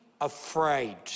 afraid